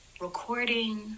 recording